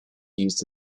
used